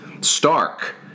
stark